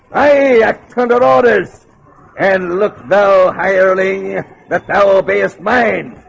i act under orders and look though high early that's our base mine